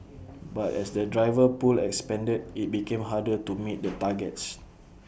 but as the driver pool expanded IT became harder to meet the targets